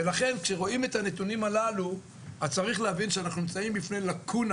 לכן כשרואים את הנתונים הללו צריך להבין שאנחנו נמצאים בפני לקונה